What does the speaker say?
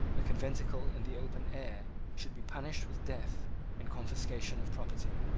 a conventicle in the open air, should be punished with death and confiscation of property.